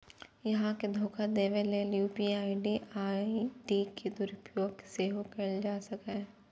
अहां के धोखा देबा लेल यू.पी.आई आई.डी के दुरुपयोग सेहो कैल जा सकैए